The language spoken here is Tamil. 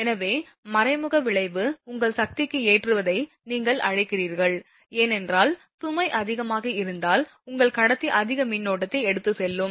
எனவே மறைமுக விளைவு உங்கள் சக்திக்கு ஏற்றுவதை நீங்கள் அழைக்கிறீர்கள் ஏனென்றால் சுமை அதிகமாக இருந்தால் உங்கள் கடத்தி அதிக மின்னோட்டத்தை எடுத்துச் செல்லும்